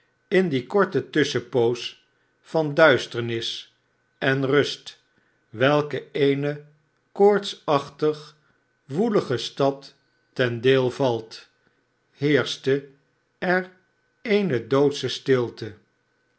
in die korte tusschenpoos van duisternis en rust welke eene koortsachtig woelige stad ten deel valt heerschte er eene doodsche stilte